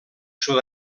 sud